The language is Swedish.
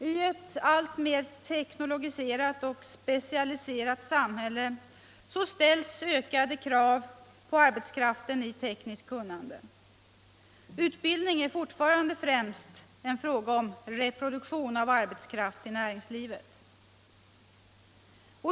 I ett alltmer teknologiserat och specialiserat samhälle ställs ökade krav på arbetskraften i tekniskt kunnande. Utbildning är fortfarande främst en fråga om reproduktion av arbetskraft till näringslivet.